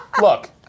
Look